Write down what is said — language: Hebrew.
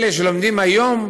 אלה שלומדים היום,